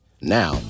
Now